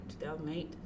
2008